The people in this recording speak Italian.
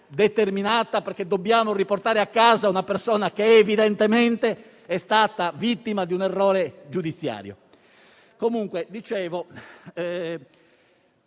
determinata, perché dobbiamo riportare a casa una persona che evidentemente è stata vittima di un errore giudiziario. Si